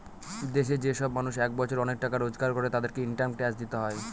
দেশে যে সব মানুষ এক বছরে অনেক টাকা রোজগার করে, তাদেরকে ইনকাম ট্যাক্স দিতে হয়